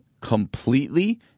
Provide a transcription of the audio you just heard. Completely